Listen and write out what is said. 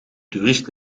toerist